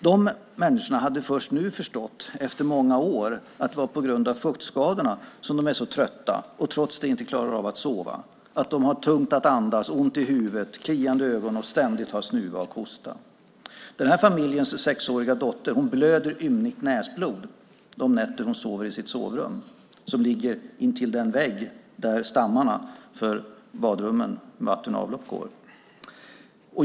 De människorna hade först nu förstått, efter många år, att det är på grund av fuktskadorna som de är så trötta och trots det inte klarar av att sova, att de har tungt att andas, ont i huvudet, kliande ögon och ständig snuva och hosta. Den här familjens sexåriga dotter blöder ymnigt näsblod de nätter hon sover i sitt sovrum, som ligger intill den vägg där stammarna för badrummen och vatten och avlopp går.